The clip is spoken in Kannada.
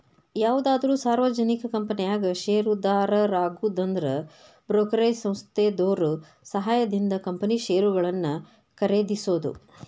ಯಾವುದಾದ್ರು ಸಾರ್ವಜನಿಕ ಕಂಪನ್ಯಾಗ ಷೇರುದಾರರಾಗುದಂದ್ರ ಬ್ರೋಕರೇಜ್ ಸಂಸ್ಥೆದೋರ್ ಸಹಾಯದಿಂದ ಕಂಪನಿ ಷೇರುಗಳನ್ನ ಖರೇದಿಸೋದು